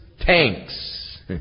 tanks